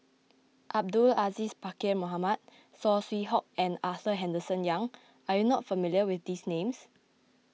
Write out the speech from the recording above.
Abdul Aziz Pakkeer Mohamed Saw Swee Hock and Arthur Henderson Young are you not familiar with these names